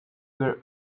were